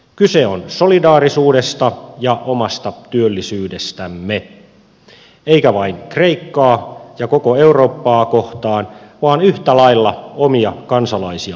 kyse on solidaarisuudesta ja omasta työllisyydestämme eikä vain kreikkaa ja koko eurooppaa kohtaan vaan yhtä lailla omia kansalaisiamme kohtaan